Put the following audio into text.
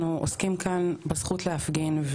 אנחנו עוסקים כאן בזכות להפגין,